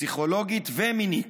פסיכולוגית ומינית.